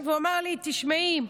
והוא אמר לי: תשמעי,